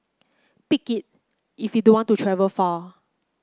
pick it if you don't want to travel far